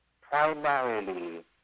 primarily